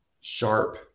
sharp